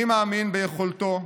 אני מאמין ביכולתו,